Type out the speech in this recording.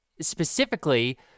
specifically